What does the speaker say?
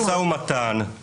יש משא-ומתן,